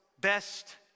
best